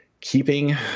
keeping